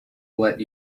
let